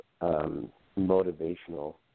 motivational